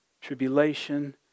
tribulation